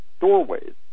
doorways